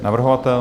Navrhovatel?